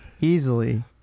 Easily